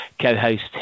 co-host